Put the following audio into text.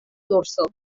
dorso